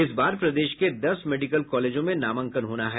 इस बार प्रदेश के दस मेडिकल कॉलेजों में नामांकन होना है